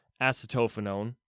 acetophenone